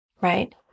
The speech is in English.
Right